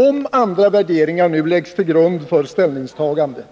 Om andra värderingar nu läggs till grund för ställningstagandet,